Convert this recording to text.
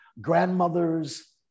grandmothers